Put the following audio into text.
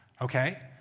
Okay